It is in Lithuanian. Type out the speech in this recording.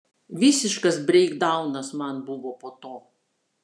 visiškas breikdaunas man buvo po to